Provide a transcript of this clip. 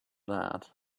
that